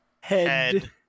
Head